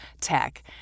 tech